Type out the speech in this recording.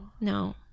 No